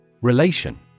Relation